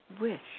wish